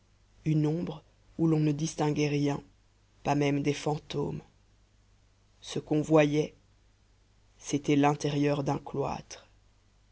une ombre où l'on ne distinguait rien pas même des fantômes ce qu'on voyait c'était l'intérieur d'un cloître